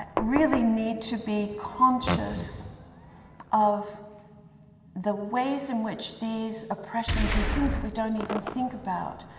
ah really need to be conscious of the ways in which these oppression, these things that we don't even think about,